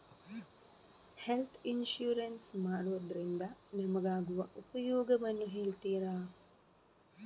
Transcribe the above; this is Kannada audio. ಹೆಲ್ತ್ ಇನ್ಸೂರೆನ್ಸ್ ಮಾಡೋದ್ರಿಂದ ನಮಗಾಗುವ ಉಪಯೋಗವನ್ನು ಹೇಳ್ತೀರಾ?